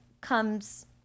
comes